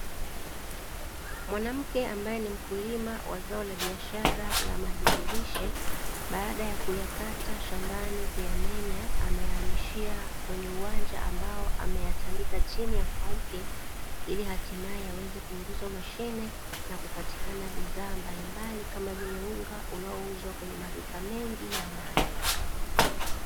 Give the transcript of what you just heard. Mwanamke ambaye ni mkulima wa zao la biashara la mahindi lishe baada ya kuya kata shambani kuyamenya, ameyahamishia kwenye uwanja ambao ameyatandika chini ya kauke, ili hatimaye yaweze kuingizwa mashine na kupatikana bidhaa mbalimbali kama vile unga unaouzwa kwenye maduka mengi ya mangi.